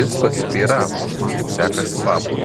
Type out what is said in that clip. jis pasiteiravo kaip sekasi pablui